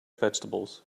vegetables